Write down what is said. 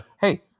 hey